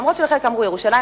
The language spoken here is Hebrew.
אף-על-פי שלחלק אמרו ירושלים,